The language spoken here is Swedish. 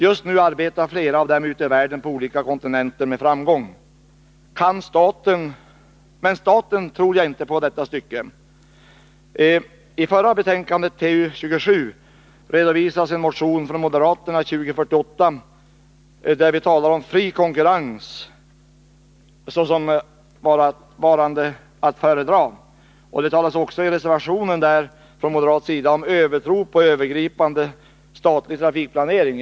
Just nu arbetar flera av dem med framgång på olika kontinenter. Men staten tror jag inte på i detta stycke. I trafikutskottets betänkande 27, som debatterades nyss, behandlades motion 2048 från moderata samlingspartiet. I den motionen säger vi att fri konkurrens är att föredra. I moderaternas reservation 2 till det betänkandet talas det också om övertro på statlig trafikplanering.